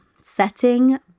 setting